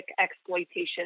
exploitation